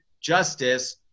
justice